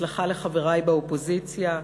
בהצלחה לחברי באופוזיציה.